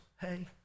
Hey